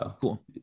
Cool